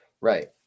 Right